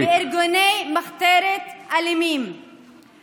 אל תקריאי קשקושים.